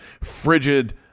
frigid